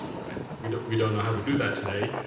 right? we don't we don't know how to do that today.